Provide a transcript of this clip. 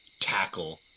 tackle